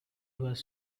was